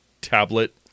tablet